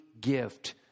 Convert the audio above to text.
gift